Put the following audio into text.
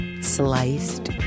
sliced